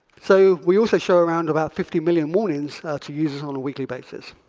so we also show around about fifty million warnings to users on a weekly basis.